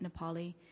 Nepali